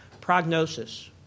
Prognosis